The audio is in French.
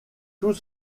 tout